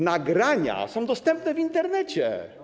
Nagrania są dostępne w Internecie.